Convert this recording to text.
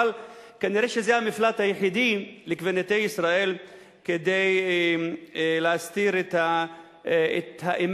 אבל נראה שזה המפלט היחידי לקברניטי ישראל כדי להסתיר את האמת,